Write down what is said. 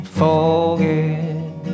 forget